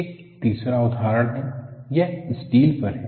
एक तीसरा उदाहरण है यह स्टील पर है